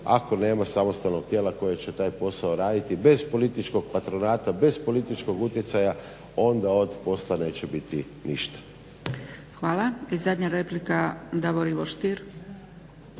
Ako nema samostalnog tijela koji će taj posao raditi bez političkog patronata, bez političkog utjecaja onda od posla neće biti ništa. **Zgrebec, Dragica